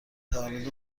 تولد